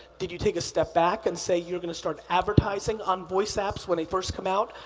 did you take a step back and say you're gonna start advertising on voice apps when they first come out?